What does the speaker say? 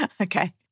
Okay